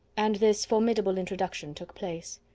and this formidable introduction took place.